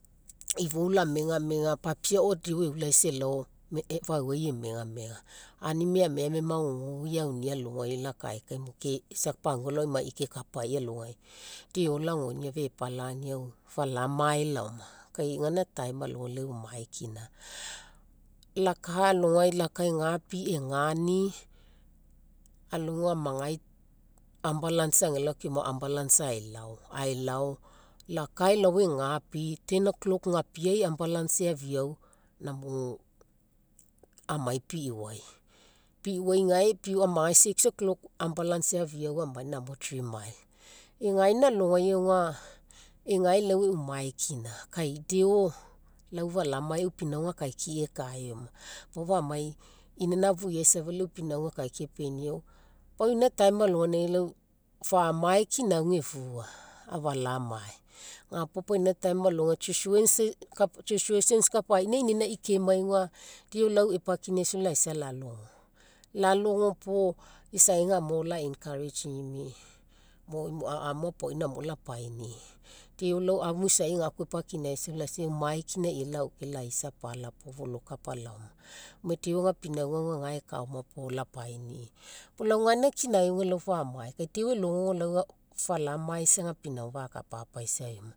Ifou lamegamega, papieu ao deo eulaisa elao fauai emegamega. Aunimai amegamega magogou eaunia alogai la kae kaimo isa pagua kekapai alogai, deo lagoinia fepalagainiau falamae laoma, kai gaina time alogai leu mae kina. La kaa alogai, la kaa egapi egani alogai amagai, ambulance agelao keoma ambulance aelao. Aelao la kaa elao egapi, ten o'clock gapiai ambulance eafiau namo, amai piuai. Piuai gae amagai six o'clock ambulance eafiau amai namo three mile, egaina alogai auga egae leu e'u mae kina kai deo lau falamae e'u pinauga akaikiai ekae eoma. Puo fou amai inaina afuai safa lau pinauga akaikiai epiniau. Pau ina time alogai famae kina auga efua, afalamae ga puo pau ina time alogai situations kapaina inaina kemai auga, deo epakinaisau laisa lalogo. Lalogo puo, isai namo la encouraginimi, mo amu apaoi namo lapainii deo afu isa ga koa epakinaisau laisa e'u mae kina lagaukae laisa apala puo folokapa laoma. Gome deo ega pinauga ga ekaa oma puo lapainii puo lau gaina kina famae kai deo elogo lau falamae isa ega pinauga fakapa paisa eoma.